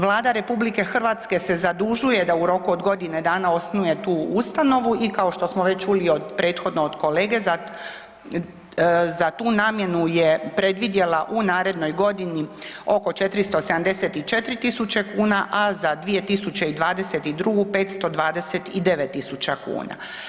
Vlada RH se zadužuje da u roku od godine dana osnuje tu ustanovu i kao što smo već čuli od prethodno od kolege, za tu namjenu je predvidjela u narednoj godini oko 474 tisuće kuna, a za 2022. 529 tisuća kuna.